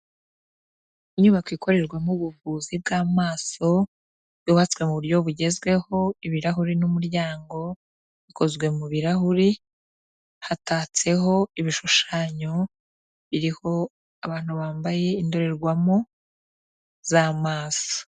Inyubako ikorerwamo ubuvuzi bw'amaso yubatswe mu buryo bugezweho, ibirahuri n'umuryango bikozwe mu birahuri, hatatseho ibishushanyo biriho abantu bambaye indorerwamo z'amaso.